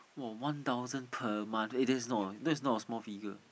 !wow! one thousand per month eh that's not a that's not a small figure